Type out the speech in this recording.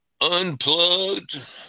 unplugged